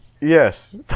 Yes